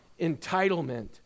entitlement